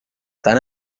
tant